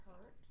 hurt